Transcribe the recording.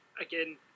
again